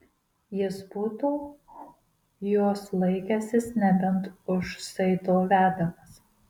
jis būtų jos laikęsis nebent už saito vedamas